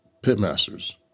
pitmasters